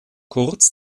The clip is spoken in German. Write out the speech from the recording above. kurz